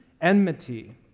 Enmity